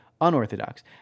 unorthodox